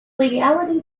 legality